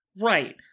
Right